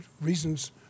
reasons